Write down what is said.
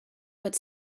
but